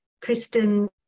Kristen